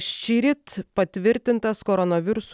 šįryt patvirtintas koronavirusu